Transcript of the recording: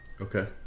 okay